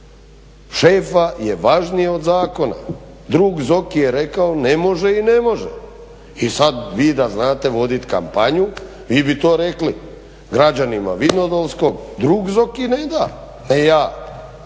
šefa je važnije od zakona. Drug Zoki je rekao ne može i ne može i sad vi da znate vodit kampanju vi bi to rekli građanima Vinodolskog, drug Zoki ne da. Ne ja,